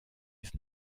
ist